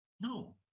No